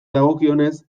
dagokionez